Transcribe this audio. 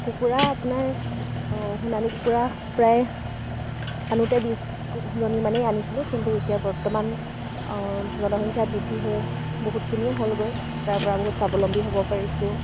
কুকুৰা আপোনাৰ সোণালী কুকুৰা প্ৰায় আনোতে বিছজনীমানেই আনিছিলোঁ কিন্তু এতিয়া বৰ্তমান জনসংখ্যা বৃদ্ধি হৈ বহুতখিনিয়ে হ'লগৈ তাৰপৰা বহুত স্বাৱলম্বী হ'ব পাৰিছোঁ